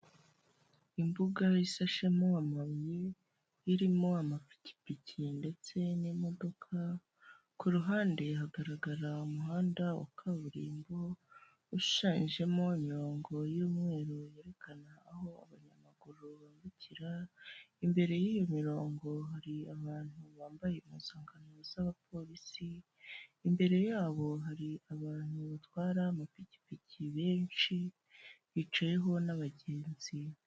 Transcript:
Imbuga ishashemo amabuye, irimo amapikipiki ndetse n'imodoka, ku ruhande hagaragara umuhanda wa kaburimbo ushushanyijemo imirongo y'umweru yerekana aho abanyamaguru bambukira, imbere y'iyo mirongo hari abantu bambaye impuzankano z'abapolisi, imbere yabo hari abantu batwara amapikipiki benshi, hicayeho n'abagenzi.